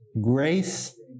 Grace